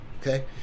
okay